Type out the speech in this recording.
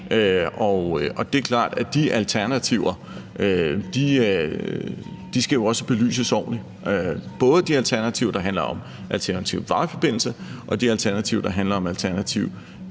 Og det er klart, at de alternativer jo også skal belyses ordentligt, både dem, der handler om alternative vejforbindelser, og dem, der handler om alternative